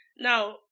Now